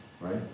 right